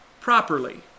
properly